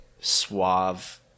suave